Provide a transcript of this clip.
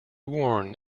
worn